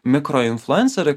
mikro influencerį